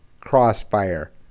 crossfire